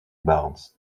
barnes